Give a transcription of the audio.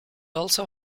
also